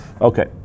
Okay